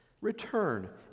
Return